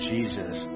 Jesus